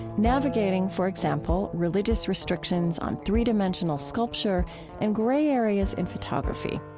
navigating, for example, religious restrictions on three-dimensional sculpture and gray areas in photography.